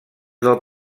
del